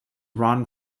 ron